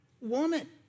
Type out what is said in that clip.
woman